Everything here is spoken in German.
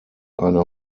eine